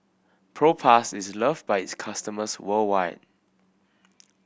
Propass is loved by its customers worldwide